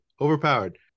Overpowered